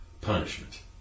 punishment